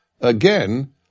Again